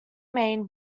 main